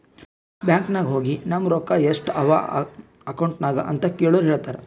bank ನಾಗ್ ಹೋಗಿ ನಮ್ ರೊಕ್ಕಾ ಎಸ್ಟ್ ಅವಾ ಅಕೌಂಟ್ನಾಗ್ ಅಂತ್ ಕೇಳುರ್ ಹೇಳ್ತಾರ್